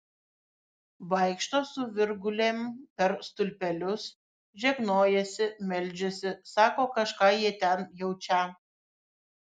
vaikšto su virgulėm per stulpelius žegnojasi meldžiasi sako kažką jie ten jaučią